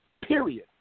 period